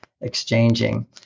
exchanging